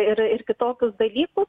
ir ir kitokius dalykus